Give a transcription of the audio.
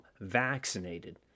vaccinated